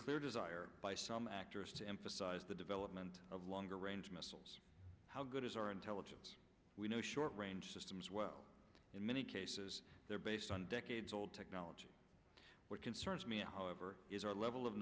clear desire by some actors to emphasize the development of longer range missiles how good is our intelligence we know short range systems well in many cases they're based on decades old technology what concerns me however is our level of